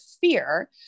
fear